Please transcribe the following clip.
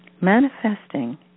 Manifesting